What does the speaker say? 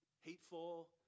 Hateful